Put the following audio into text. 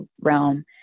realm